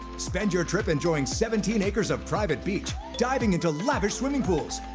spend your trip enjoying seventeen acres of private beach, diving into lavish swimming pools,